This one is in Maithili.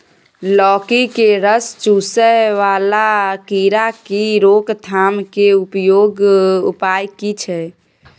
लौकी के रस चुसय वाला कीरा की रोकथाम के उपाय की छै?